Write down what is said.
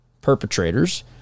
perpetrators